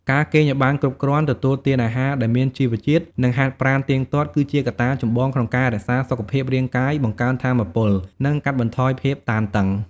ការគេងឲ្យបានគ្រប់គ្រាន់ ទទួលទានអាហារដែលមានជីវជាតិ និងហាត់ប្រាណទៀងទាត់ គឺជាកត្តាចម្បងក្នុងការរក្សាសុខភាពរាងកាយ បង្កើនថាមពល និងកាត់បន្ថយភាពតានតឹង។